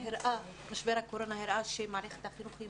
משבר הקורונה הראה שמערכת החינוך היא